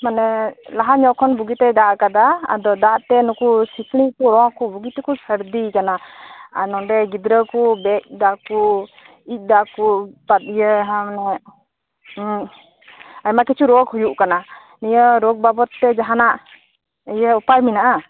ᱢᱟᱱᱮ ᱞᱟᱦᱟ ᱧᱚᱜ ᱠᱷᱚᱱ ᱵᱩᱜᱤᱛᱮᱭ ᱫᱟᱜ ᱟᱠᱟᱫᱟ ᱟᱫᱚ ᱫᱟᱜ ᱛᱮ ᱱᱩᱠᱩ ᱥᱤᱠᱲᱤᱡᱽ ᱨᱳ ᱠᱩ ᱵᱩᱜᱤᱛᱮᱠᱩ ᱥᱟᱹᱨᱫᱤ ᱟᱠᱟᱱᱟ ᱱᱚᱰᱮ ᱜᱤᱫᱨᱟᱹ ᱠᱩ ᱵᱮᱡ ᱮᱫᱟᱠᱩ ᱤᱡᱽ ᱮᱫᱟᱠᱩ ᱟᱭᱢᱟ ᱠᱤᱪᱷᱩ ᱨᱳᱜ ᱦᱩᱭᱩᱜ ᱠᱟᱱᱟ ᱱᱤᱭᱟᱹ ᱨᱳᱜ ᱵᱟᱵᱚᱛ ᱛᱮ ᱡᱟᱦᱟᱱᱟᱜ ᱤᱭᱟᱹ ᱳᱯᱟᱭ ᱢᱮᱱᱟᱜᱼᱟ